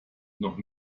noch